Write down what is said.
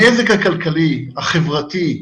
הנזק הכלכלי, החברתי,